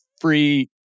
free